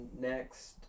next